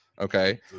okay